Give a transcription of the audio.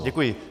Děkuji.